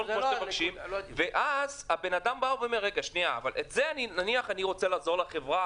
אז האדם אומר: נניח אני רוצה לעזור לחברה,